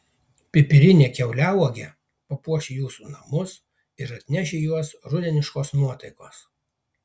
pipirinė kiauliauogė papuoš jūsų namus ir atneš į juos rudeniškos nuotaikos